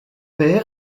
père